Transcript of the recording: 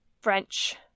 French